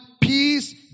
peace